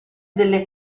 delle